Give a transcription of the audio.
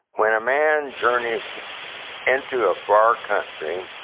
when a man journeys into a far country,